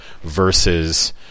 versus